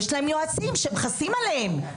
יש להם יועצים שמכסים עליהם.